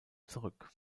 zurück